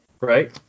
right